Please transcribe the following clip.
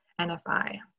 NFI